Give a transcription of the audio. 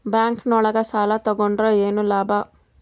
Bank ನೊಳಗ ಸಾಲ ತಗೊಂಡ್ರ ಏನು ಲಾಭ?